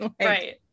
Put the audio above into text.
right